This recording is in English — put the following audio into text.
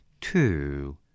two